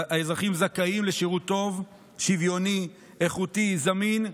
האזרחים זכאים לשירות טוב, שוויוני, איכותי, זמין,